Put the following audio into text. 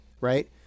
right